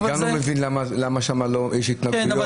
אני גם לא מבין למה שם יש התנהלות --- כן,